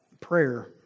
prayer